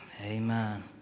Amen